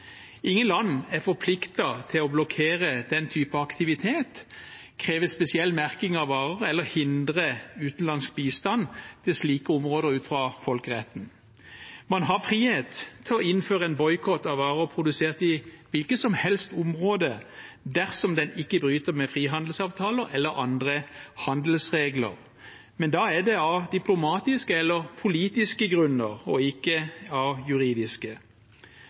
Ingen land er forpliktet til å blokkere den typen aktivitet, kreve spesiell merking av varer eller hindre utenlandsk bistand til slike områder ut fra folkeretten. Man har frihet til å innføre en boikott av varer produsert i hvilke som helst områder dersom det ikke bryter med frihandelsavtaler eller andre handelsregler. Men da er det av diplomatiske eller politiske grunner, ikke av juridiske.